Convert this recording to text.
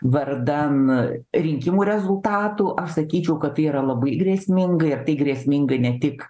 vardan rinkimų rezultatų aš sakyčiau kad tai yra labai grėsminga ir tai grėsminga ne tik